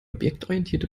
objektorientierte